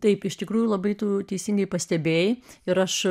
taip iš tikrųjų labai tu teisingai pastebėjai ir aš